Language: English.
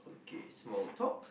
K small talk